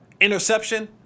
Interception